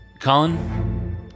Colin